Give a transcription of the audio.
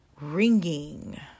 ringing